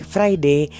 Friday